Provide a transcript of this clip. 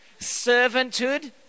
servanthood